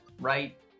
Right